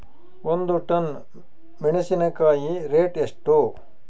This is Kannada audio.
ಒಂದು ಟನ್ ಮೆನೆಸಿನಕಾಯಿ ರೇಟ್ ಎಷ್ಟು?